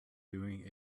doing